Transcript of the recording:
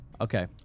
Okay